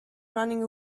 running